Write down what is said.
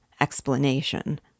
explanation